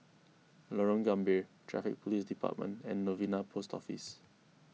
Lorong Gambir Traffic Police Department and Novena Post Office